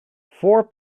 four